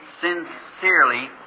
sincerely